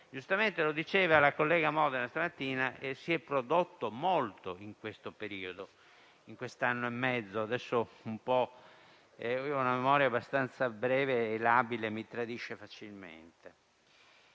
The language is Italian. Giustamente, come diceva la collega Modena stamattina, si è prodotto molto in questo periodo, in questo anno e mezzo. Ho una memoria abbastanza breve e labile, che mi tradisce facilmente,